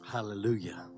Hallelujah